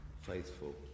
faithful